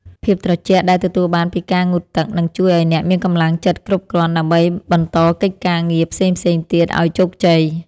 ភាពត្រជាក់ដែលទទួលបានពីការងូតទឹកនឹងជួយឱ្យអ្នកមានកម្លាំងចិត្តគ្រប់គ្រាន់ដើម្បីបន្តកិច្ចការងារផ្សេងៗទៀតឱ្យជោគជ័យ។